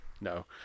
No